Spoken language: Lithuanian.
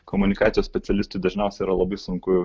komunikacijos specialistui dažniausiai yra labai sunku